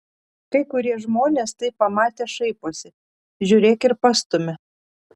kai kurie žmonės tai pamatę šaiposi žiūrėk ir pastumia